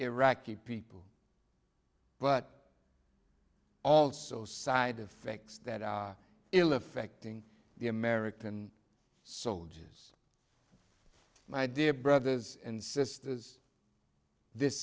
iraqi people but also side effects that are ill affecting the american soldiers my dear brothers and sisters this